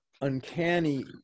uncanny